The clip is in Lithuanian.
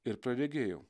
ir praregėjau